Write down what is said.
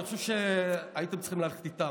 אני חושב שהייתם צריכים ללכת איתם.